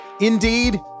Indeed